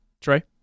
Trey